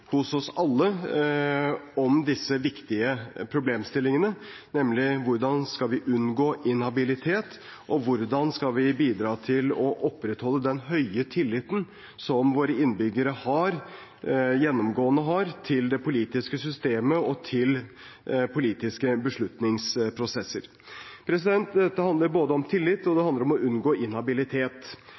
hos oss alle om disse viktige problemstillingene, nemlig hvordan vi skal unngå inhabilitet, og hvordan vi skal bidra til å opprettholde den høye tilliten som våre innbyggere gjennomgående har til det politiske systemet og til politiske beslutningsprosesser. Dette handler om tillit, og det handler om å unngå inhabilitet.